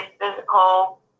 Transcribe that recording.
physical